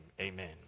Amen